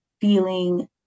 feeling